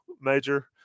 major